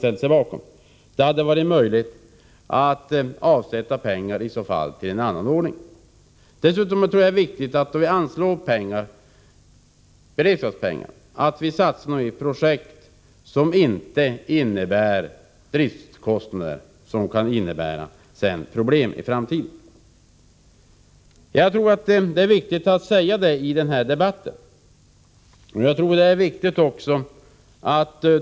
I så fall hade det varit möjligt att avsätta pengar i annan ordning. Dessutom tror jag det är viktigt att då vi anslår beredskapspengar satsa på projekt som inte medför driftskostnader som kan innebära problem i framtiden. Jag tror det är viktigt att säga detta i den här debatten.